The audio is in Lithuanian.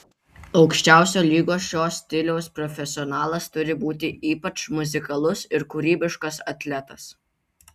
aukščiausio lygio šio stiliaus profesionalas turi būti ypač muzikalus ir kūrybiškas atletas